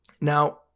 now